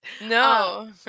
no